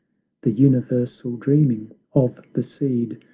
the universal dreaming of the seed,